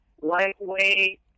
lightweight